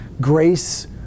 grace